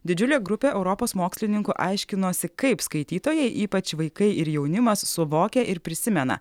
didžiulė grupė europos mokslininkų aiškinosi kaip skaitytojai ypač vaikai ir jaunimas suvokia ir prisimena